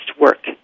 work